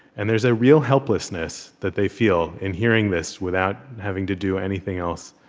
and there's a real helplessness that they feel in hearing this, without having to do anything else